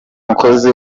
mukozi